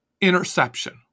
interception